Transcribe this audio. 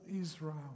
Israel